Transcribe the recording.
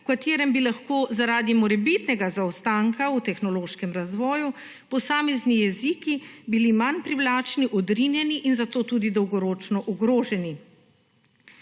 v katerem bi lahko zaradi morebitnega zaostanka v tehnološkem razvoju posamezni jeziki bili manj privlačni, odrinjeni in zato tudi dolgoročno ogroženi.